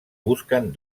busquen